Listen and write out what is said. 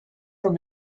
from